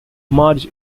marge